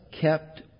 kept